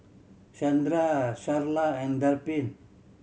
Shandra Sharla and Daphne